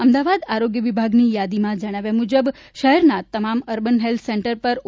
અમદાવાદ આરોગ્ય વિભાગની યાદીમાં જણાવ્યા મુજબ શહેરના તમામ અર્બન હેલ્થ સેન્ટર પર ઓ